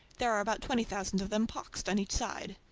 there are about twenty thousand of them p x d on each side.